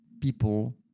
people